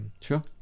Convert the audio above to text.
Sure